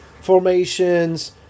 formations